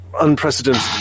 unprecedented